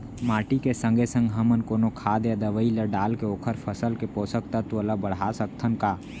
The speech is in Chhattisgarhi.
माटी के संगे संग हमन कोनो खाद या दवई ल डालके ओखर फसल के पोषकतत्त्व ल बढ़ा सकथन का?